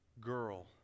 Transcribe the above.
girl